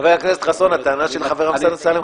כשטענת בסעיף א שאנחנו מקימים ועדות כאלה ואחרות